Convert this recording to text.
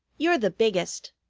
you're the biggest.